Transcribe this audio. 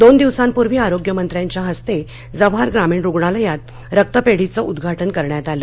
दोन दिवसांपूर्वी आरोग्यमंत्र्यांच्या हस्ते जव्हार ग्रामीण रुग्णालयात रक्तपेढीचं उद्दा ज्ञ करण्यात आलं